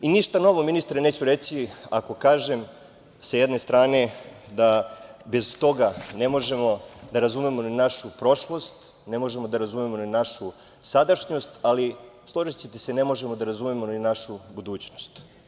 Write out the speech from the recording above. Ništa novo ministre neću reći, ako kažem, sa jedne strane da bez toga ne možemo da razumemo ni našu prošlost, ne možemo da razumemo ni našu sadašnjost, ali složićete se, ne možemo da razumemo ni našu budućnost.